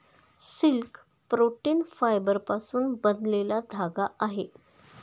silk protein फायबरपासून बनलेला धागा आहे